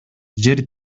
жер